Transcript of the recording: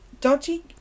dodgy